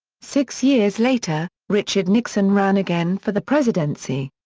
six years later, richard nixon ran again for the presidency.